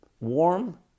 warm